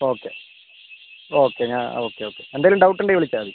okay okay ഞാൻ okay okay എന്തെങ്കിലും doubt ഉണ്ടെങ്കിൽ വിളിച്ചാൽ മതി